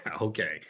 okay